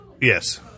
Yes